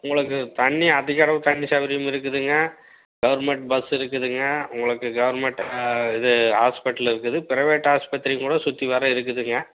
உங்களுக்கு தண்ணி அதிகளவு தண்ணி சௌகரியம் இருக்குதுங்க கவர்மெண்ட் பஸ்ஸு இருக்குதுங்க உங்களுக்கு கவர்மெண்ட் இது ஹாஸ்பிட்டல் இருக்குது ப்ரைவேட் ஆஸ்பத்திரிங்கூட சுற்றி வர இருக்குதுங்க